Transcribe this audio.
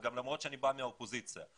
למרות שאני בא מהאופוזיציה,